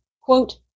quote